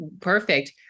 perfect